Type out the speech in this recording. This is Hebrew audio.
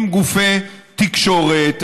עם גופי תקשורת,